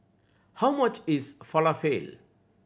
how much is Falafel